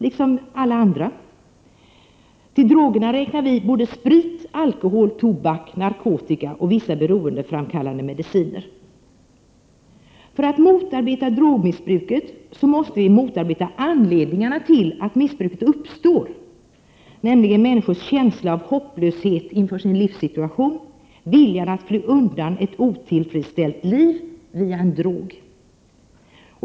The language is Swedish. Till drogerna räknar vi alkohol, tobak, narkotika och vissa beroendeframkallande mediciner. För att motarbeta drogmissbruket måste vi motarbeta anledningarna till att missbruket uppstår, nämligen människors känsla av hopplöshet inför sin livssituation. Viljan att via en drog fly undan ett otillfredsställt liv.